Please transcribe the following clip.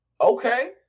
okay